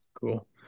Cool